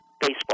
baseball